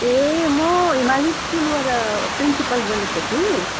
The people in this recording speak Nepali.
ए म हिमाली स्कुलबाट प्रिन्सिपल बोलेको कि